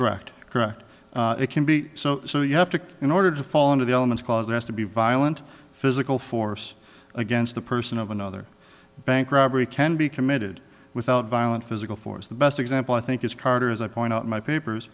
brecht correct it can be so so you have to in order to fall into the elements cause us to be violent physical force against the person of another bank robbery can be committed without violent physical force the best example i think is carter as i point out my papers